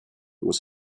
was